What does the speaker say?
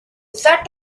set